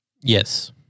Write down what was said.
Yes